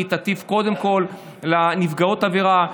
היא תיטיב קודם כול עם נפגעות עבירה.